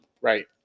Right